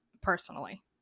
personally